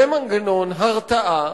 זה מנגנון הרתעה